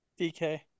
DK